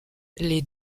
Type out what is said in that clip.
les